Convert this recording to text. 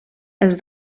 els